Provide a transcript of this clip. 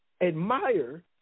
admire